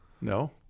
no